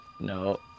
No